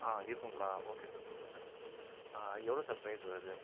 இருக்குங்ளா okay sir super sir எவ்வளோ sir price வருது